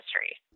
history